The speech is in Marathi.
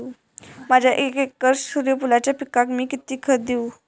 माझ्या एक एकर सूर्यफुलाच्या पिकाक मी किती खत देवू?